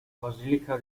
basilica